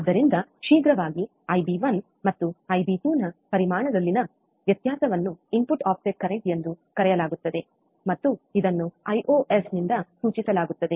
ಆದ್ದರಿಂದ ಶೀಘ್ರವಾಗಿ ಐಬಿ1 ಮತ್ತು ಐಬಿ2 ನ ಪರಿಮಾಣದಲ್ಲಿನ ವ್ಯತ್ಯಾಸವನ್ನು ಇನ್ಪುಟ್ ಆಫ್ಸೆಟ್ ಕರೆಂಟ್ ಎಂದು ಕರೆಯಲಾಗುತ್ತದೆ ಮತ್ತು ಇದನ್ನು ಐಓಎಸ್ ನಿಂದ ಸೂಚಿಸಲಾಗುತ್ತದೆ